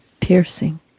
piercing